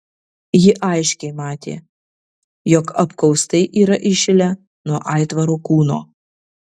ji aiškiai matė jog apkaustai yra įšilę nuo aitvaro kūno